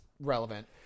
relevant